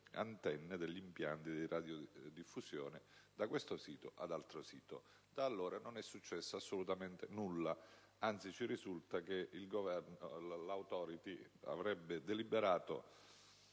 antenne degli impianti di radiodiffusione da questo ad altro sito. Da allora non è successo assolutamente nulla: anzi, ci risulta che l'*Authority* avrebbe deliberato